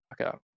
Okay